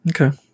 Okay